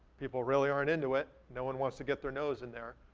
people really aren't into it. no one wants to get their nose in there.